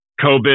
COVID